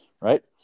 right